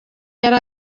yari